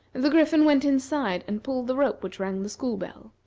and the griffin went inside and pulled the rope which rang the school-bell.